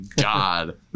God